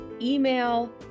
email